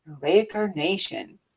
reincarnation